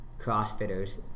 CrossFitters